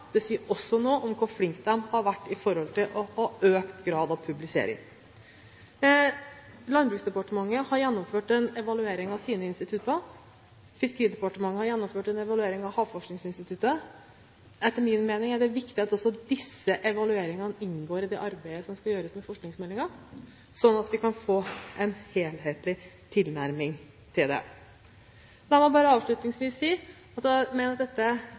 Det sier også noe om hvor flinke de har vært i forhold til å ha økt grad av publisering. Landbruksdepartementet har gjennomført en evaluering av sine institutter. Fiskeridepartementet har gjennomført en evaluering av Havforskningsinstituttet. Etter min mening er det viktig at også disse evalueringene inngår i det arbeidet som skal gjøres med forskningsmeldingen, slik at vi kan få en helhetlig tilnærming til dette. La meg bare avslutningsvis si at jeg mener dette